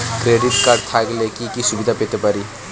Credit card থাকলে কি কি সুবিধা পেতে পারি?